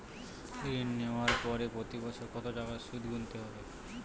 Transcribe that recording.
ঋণ নেওয়ার পরে প্রতি বছর কত টাকা সুদ গুনতে হবে?